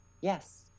yes